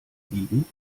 wiegen